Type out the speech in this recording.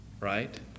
right